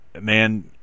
Man